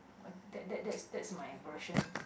uh that that that's that's my version